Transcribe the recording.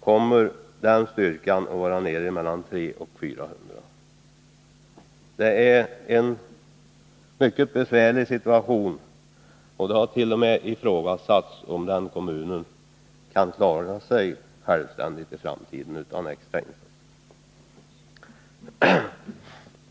kommer den siffran att vara nere i mellan 300 och 400. Kommunen har alltså en mycket besvärlig situation, och det har t.o.m. ifrågasatts om den kommer att kunna klara sig självständigt i framtiden utan extra insatser.